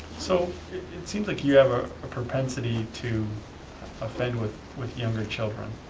so it seems like you have a ah propensity to offend with with younger children.